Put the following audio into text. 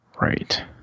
Right